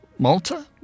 Malta